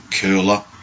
cooler